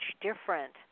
different